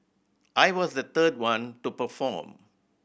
I was the third one to perform